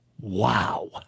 Wow